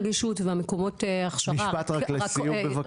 הוועדה לקידום מעמד האישה ולשוויון מגדרי): << יור